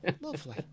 lovely